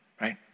right